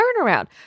turnaround